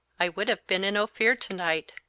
i would have been in ophir to-night,